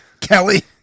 Kelly